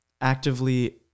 actively